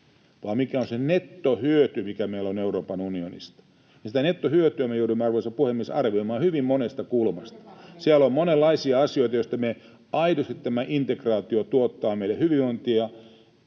se, mikä on se nettohyöty, mikä meillä on Euroopan unionista, ja sitä nettohyötyä me joudumme, arvoisa puhemies, arvioimaan hyvin monesta kulmasta. Siellä on monenlaisia asioita: tämä integraatio tuottaa meille aidosti